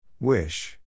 Wish